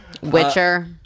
Witcher